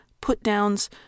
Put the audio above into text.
put-downs